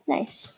Nice